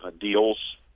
deals